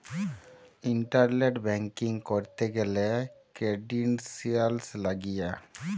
internet banking ক্যরতে গ্যালে credentials লাগিয়ে